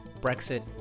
Brexit